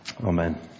Amen